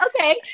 okay